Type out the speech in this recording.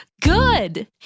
Good